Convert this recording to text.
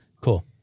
Cool